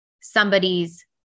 somebody's